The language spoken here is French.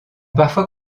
parfois